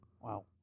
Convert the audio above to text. Wow